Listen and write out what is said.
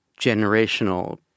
generational